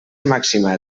màxima